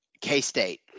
K-State